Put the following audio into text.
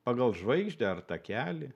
pagal žvaigždę ar takelį